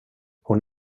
hon